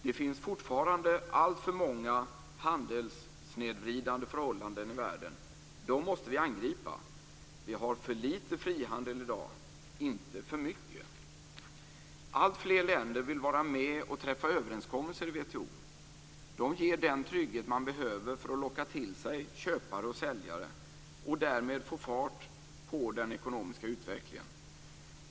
Det finns fortfarande alltför många handelssnedvridande förhållanden i världen. Dem måste vi angripa. Vi har för lite frihandel i dag - inte för mycket. Alltfler länder vill vara med och träffa överenskommelser i WTO. De ger den trygghet man behöver för att locka till sig köpare och säljare och därmed få fart på den ekonomiska utvecklingen.